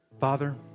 father